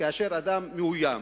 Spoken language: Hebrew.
כאשר אדם מאוים,